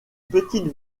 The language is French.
petite